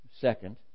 second